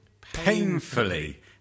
painfully